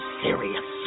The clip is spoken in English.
serious